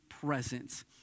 presence